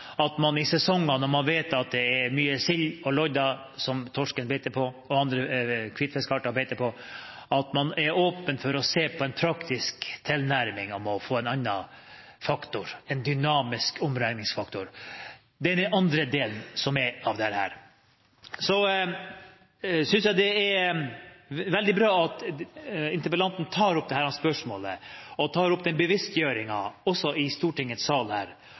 at man i sesonger når man vet at det er mye sild og lodde som torsken og andre hvitfiskarter beiter på, er åpen for å se på en praktisk tilnærming om å få en annen faktor, en dynamisk omregningsfaktor. Det er den andre delen av dette. Jeg synes også det er veldig bra at interpellanten tar opp dette spørsmålet og den bevisstgjøringen også her i Stortingets sal,